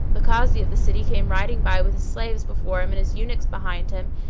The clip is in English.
the kazi of the city came riding by with his slaves before him and his eunuchs behind him,